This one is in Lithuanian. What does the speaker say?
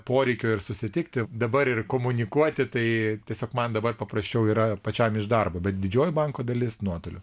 poreikio ir susitikti dabar ir komunikuoti tai tiesiog man dabar paprasčiau yra pačiam iš darbo bet didžioji banko dalis nuotoliu